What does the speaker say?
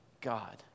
God